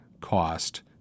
cost